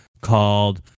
called